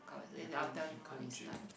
I can't I can't drink